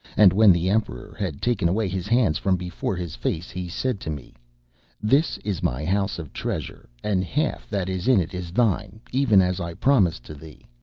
and when the emperor had taken away his hands from before his face he said to me this is my house of treasure, and half that is in it is thine, even as i promised to thee.